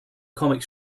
comic